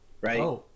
right